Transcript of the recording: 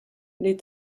les